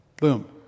Boom